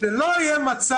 ואת זה חשוב להגיד,